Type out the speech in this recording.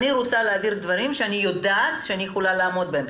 אני רוצה להעביר דברים שאני יודעת שניתן לעמוד בהם.